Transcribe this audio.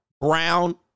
brown